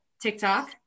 TikTok